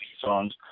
songs